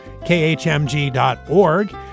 khmg.org